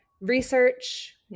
research